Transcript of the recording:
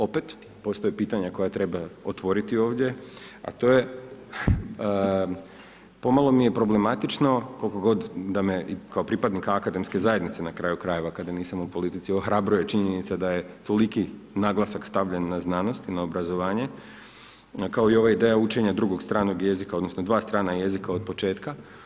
Opet, postoje pitanja, koje treba otvoriti ovdje, a to je, pomalo mi je problematično, koliko god, da me, kao pripadnika akademske zajednice, na kraju krajeva, kada nisam u politici, ohrabruje činjenica da je toliki naglasak stavljen na znanost i na obrazovanje, kao i ova ideja učenja drugog stranog jezika, odnosno, dva strana jezika od početka.